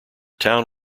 town